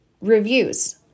reviews